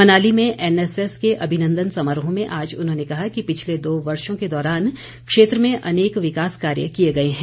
मनाली में एनएसएस के अभिनंदन समारोह में आज उन्होंने कहा कि पिछले दो वर्षों के दौरान क्षेत्र में अनेक विकास कार्य किए गए हैं